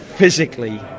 physically